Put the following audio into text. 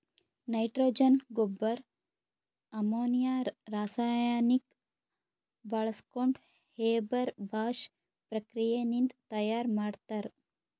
nitrogen ಗೊಬ್ಬರ್ ammonia ರಾಸಾಯನಿಕ್ ಬಾಳ್ಸ್ಕೊಂಡ್ ಹೇಬರ್ ಬಾಷ್ ಪ್ರಕ್ರಿಯೆ ನಿಂದ್ ತಯಾರ್ ಮಾಡ್ತರ್